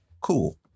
cool